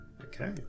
Okay